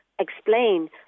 explain